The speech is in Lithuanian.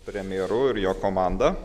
premjeru ir jo komanda